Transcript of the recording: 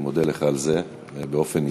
אני מודה לך על זה באופן אישי.